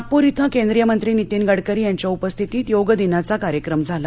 नागपूर इथं केंद्रीय मंत्री नितीन गडकरी यांच्या उपस्थितीत योग दिनाचा कार्यक्रम झाला